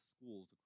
schools